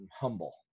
humble